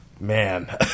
man